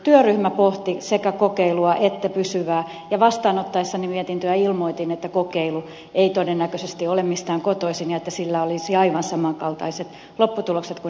työryhmä pohti sekä kokeilua että pysyvää ja vastaanottaessani mietintöä ilmoitin että kokeilu ei todennäköisesti ole mistään kotoisin ja että sillä olisi aivan samankaltaiset lopputulokset kuin ed